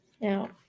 Now